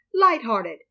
light-hearted